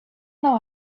know